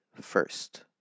first